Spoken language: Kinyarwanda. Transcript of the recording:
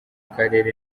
karere